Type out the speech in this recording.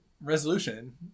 resolution